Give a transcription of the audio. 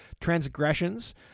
transgressions